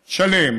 תשלם.